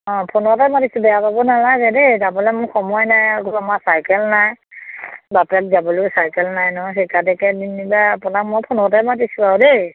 অঁ ফোনতে মাতিছোঁ বেয়া পাব নালাগে দেই যাবলে মোৰ সময় নাই আকৌ আমাৰ চাইকেল নাই বাপেক যাবলৈ চাইকেল নাই নহয় সেইকাদিকে নিমিলে আপোনাক মই ফোনতে মাতিছোঁ আৰু দেই